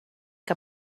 que